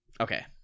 Okay